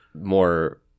more